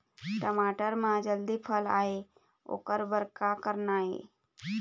टमाटर म जल्दी फल आय ओकर बर का करना ये?